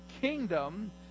kingdom